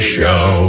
Show